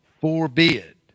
forbid